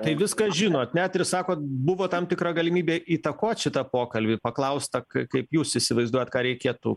tai viską žinot net ir sakot buvo tam tikra galimybė įtakot šitą pokalbį paklausta kaip jūs įsivaizduojat ką reikėtų